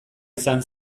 izan